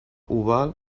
oval